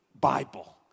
Bible